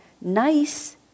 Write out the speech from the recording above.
Nice